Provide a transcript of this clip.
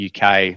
UK